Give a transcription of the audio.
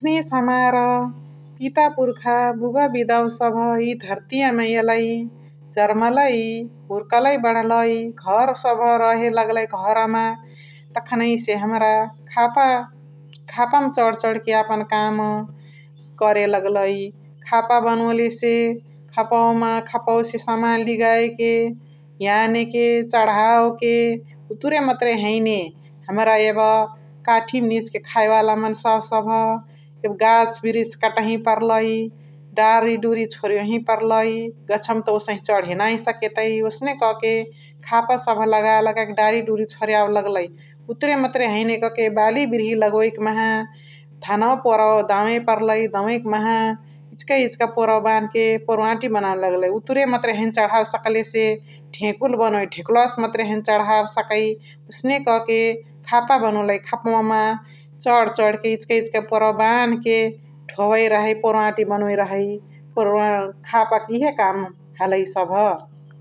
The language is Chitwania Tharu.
जखानइसे हमार पिता पुर्खा बुवाअ बिदावो सबह इ धर्तिया मा एलइ जर्मलइ, हुर्कलइ बण्हलाई, घर सबह रहे लगलाई घरमा । तखनहिसे हमरा खापा खापा मा चण्ह चण्ह के यापन काम करे लग लाई । खापा बनोलिसे खापवै से समान लिगाएके यानके चण्हावके । उतुरे मतुरे हैने हमरा एब काठी मा निझके खाए वाला मन्सावा सबह एब गाचा बिरिछ कतही पर्लाई । डारी डुरी छोरियोही पर्लाई, गछवमा त ओसही नाही चण्हे सकेतइ । ओसने कके खापा सबह लगा लगा के डारी डुरी छोरियावे लग लाई । उतुरे मतुरे हैने कके बाली बिर्ही लगोइ कि माहा धनवा पोरवा दावे पर्लाई । दवैक माहा इचिका इचिका पोरवा बानहे पोर्वाती बनवे लगलाई । उतुरे मतुरे हैने चण्हावे सकले से धेकुल बनोइ । धेकुलावसे मतुरे हैने चण्हावे सकइ । ओसने कके खापा बनोलइ । ख पवा मा चण्ह चण्ह के इचिका इचिका पोरवा बान्हके धोवै रहइ पोर्वाती बनोइ रहइ । खापा क इहे काम हलइ सबह ।